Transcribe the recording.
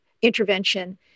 intervention